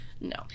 No